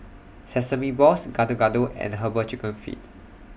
Sesame Balls Gado Gado and Herbal Chicken Feet